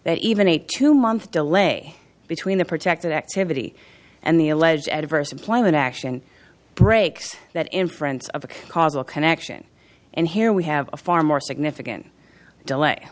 that even a two month delay between the protected activity and the alleged adverse employment action breaks that inference of a causal connection and here we have a far more significant delay